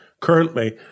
Currently